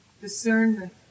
discernment